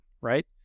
right